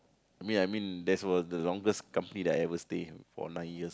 I mean I mean that's was the longest company that I ever stay for nine years